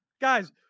Guys